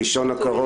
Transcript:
ראשון הקרוב,